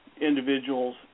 individuals